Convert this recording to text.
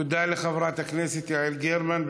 תודה לחברת הכנסת יעל גרמן.